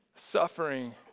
suffering